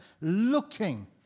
looking